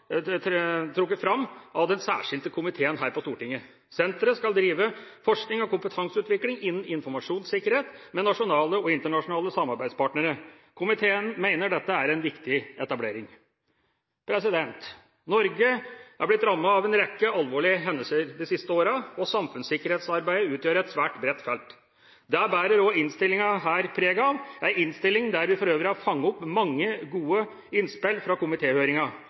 trukket fram av den særskilte komiteen her på Stortinget. Senteret skal drive forskning og kompetanseutvikling innen informasjonssikkerhet, med nasjonale og internasjonale samarbeidspartnere. Komiteen mener dette er en viktig etablering. Norge er blitt rammet av en rekke alvorlige hendelser de siste årene, og samfunnssikkerhetsarbeidet utgjør et svært bredt felt. Det bærer også innstillingen preg av – en innstilling der vi for øvrig har fanget opp mange gode innspill fra